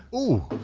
oh!